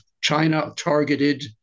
China-targeted